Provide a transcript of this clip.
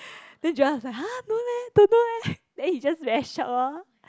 then Joel is like !huh! no leh don't know eh then he just very shocked lor